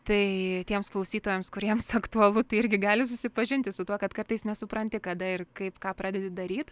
tai tiems klausytojams kuriems aktualu tai irgi gali susipažinti su tuo kad kartais nesupranti kada ir kaip ką pradedi daryt